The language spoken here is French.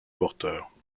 porteurs